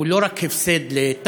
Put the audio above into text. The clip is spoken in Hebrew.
הוא לא רק הפסד לתע"ל,